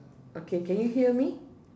okay can you hear me